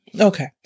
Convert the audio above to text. Okay